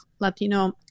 Latino